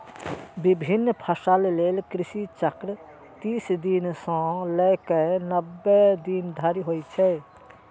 विभिन्न फसल लेल कृषि चक्र तीस दिन सं लए कए नब्बे दिन धरि होइ छै